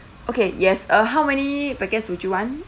okay yes uh how many packets would you want